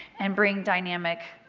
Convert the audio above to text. and bring dynamic